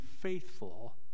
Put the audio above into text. faithful